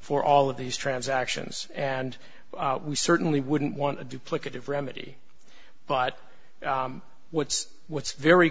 for all of these transactions and we certainly wouldn't want to duplicative remedy but what's what's very